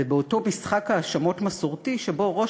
ובאותו משחק האשמות מסורתי שבו ראש